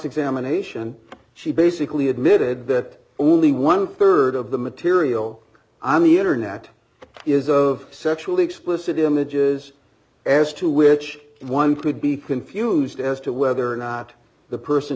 examination she basically admitted that only one rd of the material i'm the internet is a of sexually explicit image is as to which one could be confused as to whether or not the person